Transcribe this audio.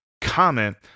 comment